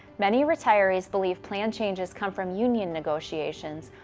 many retirees believe plan changes come from union negotiations,